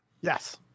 Yes